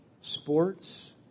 sports